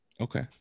Okay